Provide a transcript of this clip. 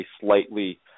slightly